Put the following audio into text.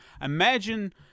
imagine